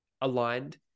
aligned